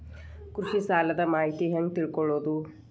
ಕೃಷಿ ಸಾಲದ ಮಾಹಿತಿ ಹೆಂಗ್ ತಿಳ್ಕೊಳ್ಳೋದು?